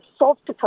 soft